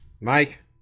Mike